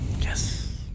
Yes